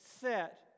set